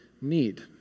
need